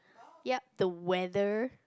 yup the weather